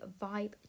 vibe